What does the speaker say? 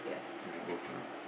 ya both ah